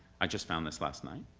i just found this last night